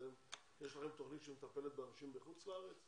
יש לכם תוכנית שמטפלת באנשים בחוץ לארץ,